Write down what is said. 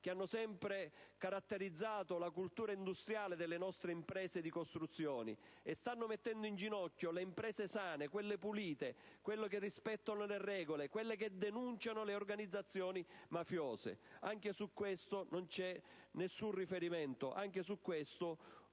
che hanno sempre caratterizzato la cultura industriale delle nostre imprese di costruzioni e stanno mettendo in ginocchio le imprese sane, quelle pulite, quelli che rispettano le regole, quelle che denunciano le organizzazioni mafiose. Anche su questo non c'è nessun riferimento; anche su questo